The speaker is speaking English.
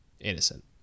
innocent